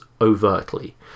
overtly